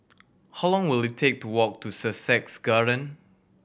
how long will it take to walk to Sussex Garden